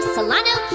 Solano